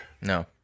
No